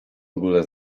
ogólę